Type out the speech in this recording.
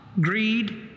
greed